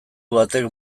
batek